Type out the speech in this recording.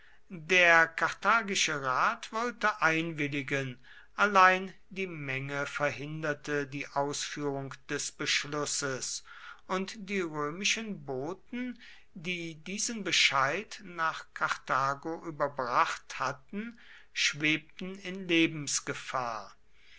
der karthagische rat wollte einwilligen allein die menge verhinderte die ausführung des beschlusses und die römischen boten die diesen bescheid nach karthago überbracht hatten schwebten in lebensgefahr